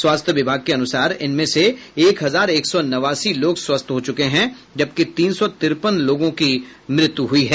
स्वास्थ्य विभाग के अनुसार इनमें से एक हजार एक सौ नवासी लोग स्वस्थ हो चुके हैं जबकि तीन सौ तिरपन लोगों की मौत हुई है